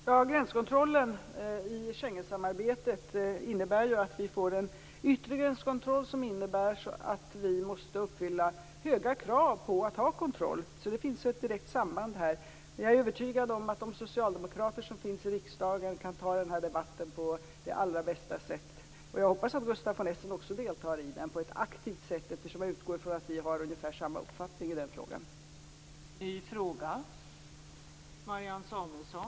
Fru talman! Gränskontrollen i Schengensamarbetet innebär att vi får en yttre gränskontroll som betyder att vi måste uppfylla höga krav på kontroll. Det finns ett direkt samband. Jag är övertygad om att de socialdemokrater som finns i riksdagen kan ta debatten på bästa sätt. Jag hoppas att Gustaf von Essen också deltar i den på ett aktivt sätt. Jag utgår från att vi har ungefär samma uppfattning i den frågan.